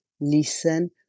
listen